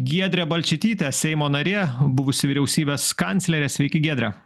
giedrė balčytytė seimo narė buvusi vyriausybės kanclerė sveiki giedre